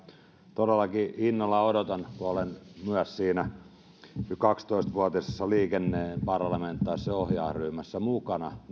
todellakin innolla odotan kun olen myös siinä kaksitoista vuotisessa liikenteen parlamentaarisessa ohjausryhmässä mukana